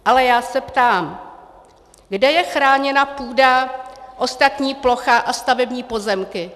Ale já se ptám: kde je chráněna půda, ostatní plocha a stavební pozemky?